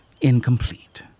incomplete